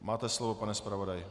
Máte slovo, pane zpravodaji.